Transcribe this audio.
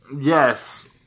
Yes